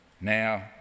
Now